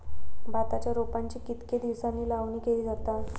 भाताच्या रोपांची कितके दिसांनी लावणी केली जाता?